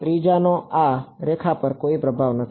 ત્રીજાનો આ રેખા પર કોઈ પ્રભાવ નથી